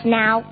now